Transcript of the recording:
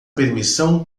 permissão